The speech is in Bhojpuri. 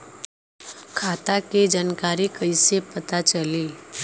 खाता के जानकारी कइसे पता चली?